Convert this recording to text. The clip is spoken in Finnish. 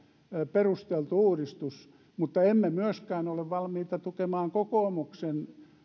perusteltu uudistus mutta emme myöskään ole valmiita tukemaan kokoomuksen